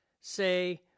say